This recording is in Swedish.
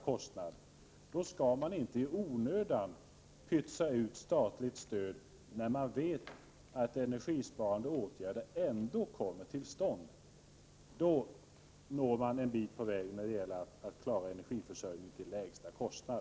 Javisst, men då skall man inte i onödan pytsa ut statligt stöd när man vet att energibesparande åtgärder ändå kommer till stånd. Då når man en bit på vägen när det gäller att klara energiförsörjningen till lägsta möjliga kostnad.